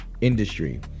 industry